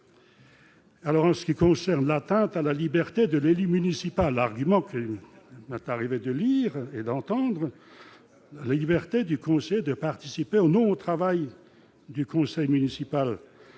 Alors en ce qui concerne l'atteinte à la liberté de l'élit municipal argument que maintenant arrivé de lire et d'entendre la liberté du conseiller de participer en au travail du conseil municipal,